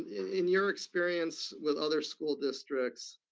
in your experience with other school districts,